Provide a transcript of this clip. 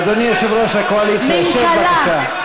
אדוני יושב-ראש הקואליציה, שב בבקשה.